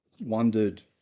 wondered